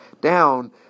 down